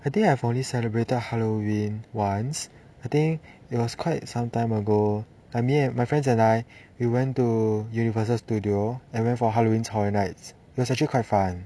I think I have only celebrated halloween once I think it was quite some time ago I mean my friends and I we went to universal studio and went for halloween horror nights it was actually quite fun